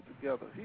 together